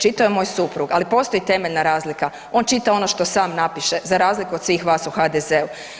Čitao je i moj suprug, ali postoji temeljna razlika, on čita ono što sam napiše za razliku od svih vas u HDZ-u.